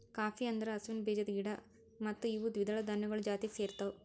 cowpea ಅಂದುರ್ ಹಸುವಿನ ಬೀಜದ ಗಿಡ ಮತ್ತ ಇವು ದ್ವಿದಳ ಧಾನ್ಯಗೊಳ್ ಜಾತಿಗ್ ಸೇರ್ತಾವ